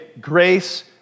grace